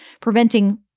preventing